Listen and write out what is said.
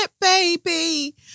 baby